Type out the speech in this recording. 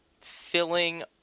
filling